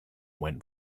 went